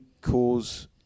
cause